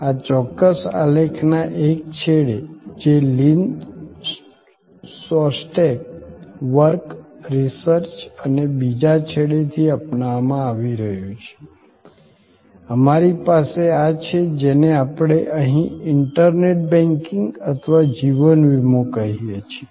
આ ચોક્કસ આલેખના એક છેડે જે લિન શોસ્ટેક વર્ક રિસર્ચ અને બીજા છેડેથી અપનાવવામાં આવ્યું છે અમારી પાસે આ છે જેને આપણે અહીં ઇન્ટરનેટ બેંકિંગ અથવા જીવન વીમો કહીએ છીએ